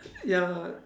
ya